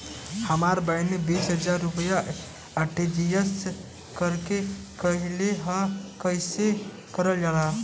हमर बहिन बीस हजार रुपया आर.टी.जी.एस करे के कहली ह कईसे कईल जाला?